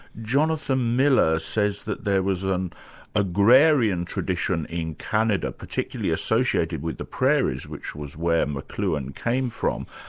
jonathan miller says that there was an agrarian tradition in canada, particularly associated with the prairies which was where mcluhan came from,